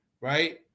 right